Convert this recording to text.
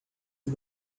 you